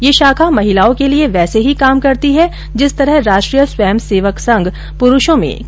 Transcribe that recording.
यह शाखा महिलाओं के लिये वैसे ही काम करती है जिस तरह राष्ट्रीय स्वयं सेवक संघ पुरुषों में काम करता है